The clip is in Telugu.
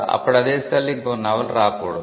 అప్పుడు అదే శైలిలో ఇంకొక నవల రాకూడదు